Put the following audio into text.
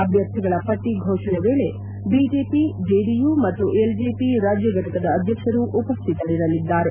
ಅಭ್ವರ್ಥಿಗಳ ಪಟ್ಟ ಘೋಷಣೆ ವೇಳೆ ಬಜೆಪಿ ಜೆಡಿ ಯು ಮತ್ತು ಎಲ್ಜೆಪಿ ರಾಜ್ಯ ಘಟಕದ ಅಧ್ವಕ್ಷರು ಉಪಸ್ಥಿತರಿರಲಿದ್ದಾರೆ